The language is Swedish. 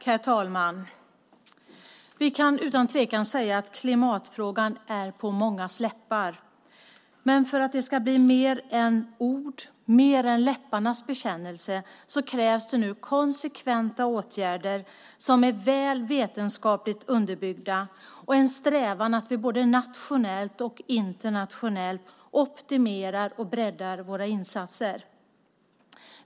Herr talman! Vi kan utan tvekan säga att klimatfrågan är på mångas läppar. Men för att det ska bli mer än ord och mer än läpparnas bekännelse krävs det nu konsekventa åtgärder som är vetenskapligt väl underbyggda och en strävan att vi både nationellt och internationellt optimerar och breddar våra insatser.